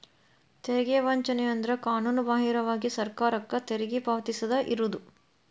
ತೆರಿಗೆ ವಂಚನೆ ಅಂದ್ರ ಕಾನೂನುಬಾಹಿರವಾಗಿ ಸರ್ಕಾರಕ್ಕ ತೆರಿಗಿ ಪಾವತಿಸದ ಇರುದು